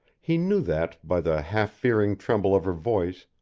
he knew that, by the half-fearing tremble of her voice,